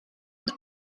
und